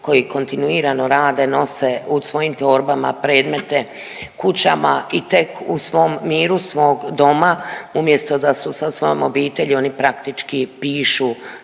koji kontinuirano rade, nose u svojim torbama predmete kućama i tek u svom miru svog doma umjesto da su sa svojom obitelji, oni praktički pišu